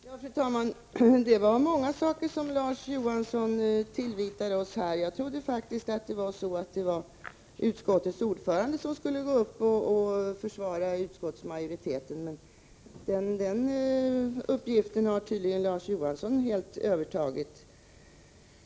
Fru talman! Det var många saker som Larz Johansson tillvitade oss här. Jag trodde faktiskt att det var utskottets ordförande som skulle gå upp och försvara utskottsmajoriteten, men den uppgiften har tydligen Larz Johansson helt övertagit.